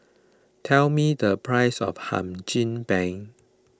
tell me the price of Hum Chim Peng